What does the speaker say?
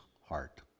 heart